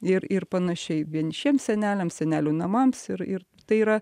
ir ir panašiai vienišiems seneliams senelių namams ir ir tai yra